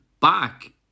back